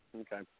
Okay